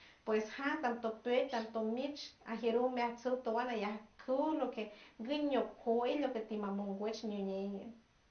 Pues ja tanto pet tanto mich ajeru meatsut towand naya yacu lo que guño cueld loque ti mamon guech ñiuñey.